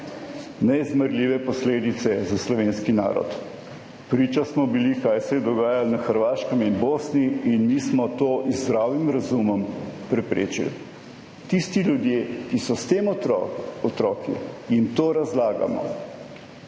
neizmerljive posledice za slovenski narod, priča smo bili, kaj se je dogajalo na Hrvaškem in v Bosni, in mi smo to z zdravim razumom preprečili. Tisti ljudje, ki smo s temi otroki, ki jim to razlagamo,